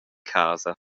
casa